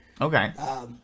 okay